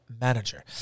Manager